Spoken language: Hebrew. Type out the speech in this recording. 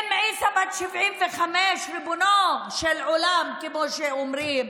אום עיסא בת 75, ריבונו של עולם, כמו שאומרים.